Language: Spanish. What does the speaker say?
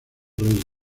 reyes